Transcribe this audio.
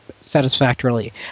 satisfactorily